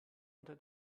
unter